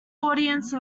audience